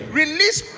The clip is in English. release